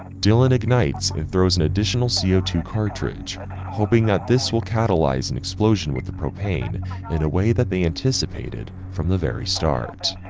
dylan ignites and throws an additional c o two cartridge hoping that this will catalyze an explosion with the propane in a way that they anticipated from the very start.